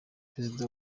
perezida